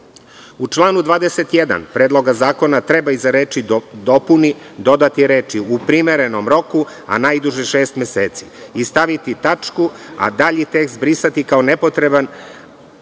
članu 21. Predloga zakona treba iza reči: „dopuni“ dodati reči: „u primernom roku, a najduže šest meseci“ i staviti tačku, a dalji tekst brisati kao nepotreban